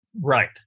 Right